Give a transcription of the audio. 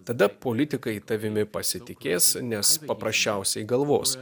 tada politikai tavimi pasitikės nes paprasčiausiai galvos